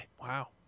Wow